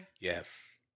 Yes